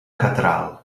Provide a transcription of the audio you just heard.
catral